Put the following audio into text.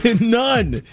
None